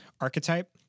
archetype